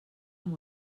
amb